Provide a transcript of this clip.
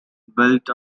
built